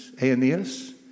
Aeneas